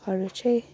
हरू चाहिँ